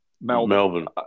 Melbourne